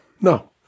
No